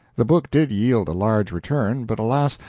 the book did yield a large return, but, alas!